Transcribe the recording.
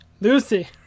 Lucy